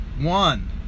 one